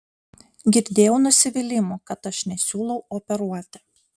girdėjau nusivylimų kad aš nesiūlau operuoti